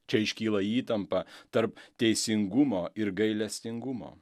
čia iškyla įtampa tarp teisingumo ir gailestingumo